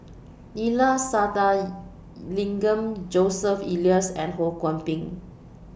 Neila Sathyalingam Joseph Elias and Ho Kwon Ping